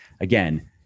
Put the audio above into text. again